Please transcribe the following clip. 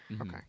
okay